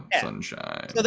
Sunshine